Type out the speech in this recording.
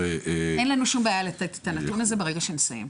אין לנו שום בעיה לתת את הנתון הזה ברגע שנסיים.